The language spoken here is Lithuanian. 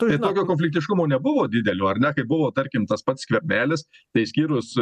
tai tokio konfliktiškumo nebuvo didelio ar ne kaip buvo tarkim tas pats skvernelis išskyrus